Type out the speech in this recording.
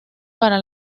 para